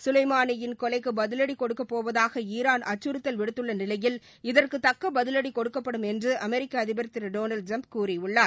கலைமாளியின் கொலைக்கு பதிலடி கொடுக்கப்போவதாக ஈரான் அச்சுறுத்தல் விடுத்துள்ள நிலையில் இதற்கு தக்க பதிலடி னொடுக்கப்படும் என்று அமெரிக்க அதிபர் திரு டொனால்டு ட்டிரம்ப் கூறியுள்ளார்